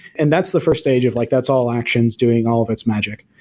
and that's the first stage of like that's all actions doing all of its magic.